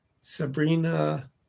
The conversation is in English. Sabrina